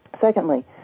Secondly